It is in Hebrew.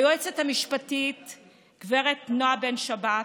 ליועצת המשפטית גב' נעה בן שבת,